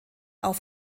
auf